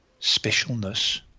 specialness